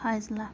فاضلہ